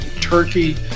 Turkey